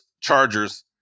Chargers